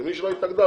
שמי שלא התאגדה,